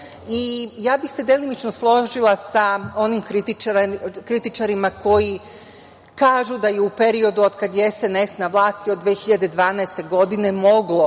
i ja bih se delimično složila sa onim kritičarima koji kažu da je u periodu od kad je SNS na vlasti, od 2012. godine, moglo